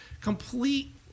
complete